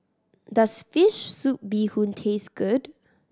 does fish soup bee hoon taste good